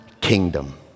kingdom